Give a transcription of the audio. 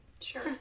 sure